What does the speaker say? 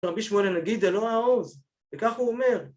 ‫רבי שמואל הנגיד, ‫ולו העוז, וכך הוא אומר.